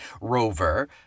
Rover